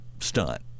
stunt